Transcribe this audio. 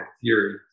theory